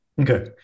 Okay